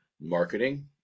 marketing